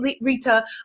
Rita